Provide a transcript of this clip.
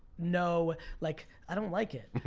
know, like, i don't like it,